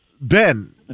Ben